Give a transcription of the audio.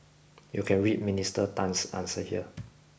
you can read Minister Tan's answer here